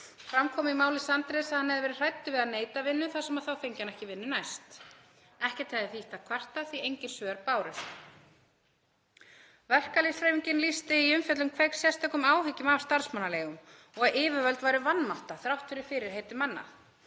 Fram kom í máli Sandris að hann hefði verið hræddir við að neita vinnu þar sem að þá fengi hann ekki vinnu næst. Ekkert hefði þýtt að kvarta því að engin svör bárust. Verkalýðshreyfingin lýsti í umfjöllun Kveiks sérstökum áhyggjum af starfsmannaleigum og að yfirvöld væru vanmátta þrátt fyrir fyrirheit um annað.